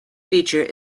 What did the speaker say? feature